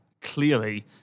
clearly